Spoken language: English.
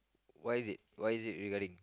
why is it why is it regarding